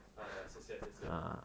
!aiya! 谢谢谢谢